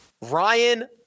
Ryan